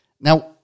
Now